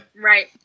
right